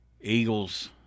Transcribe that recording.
Eagles –